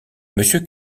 monsieur